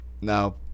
Now